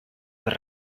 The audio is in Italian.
per